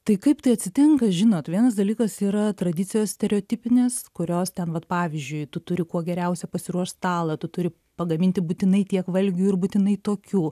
tai kaip tai atsitinka žinot vienas dalykas yra tradicijos stereotipinės kurios ten vat pavyzdžiui tu turi kuo geriausia pasiruošt stalą tu turi pagaminti būtinai tiek valgių ir būtinai tokių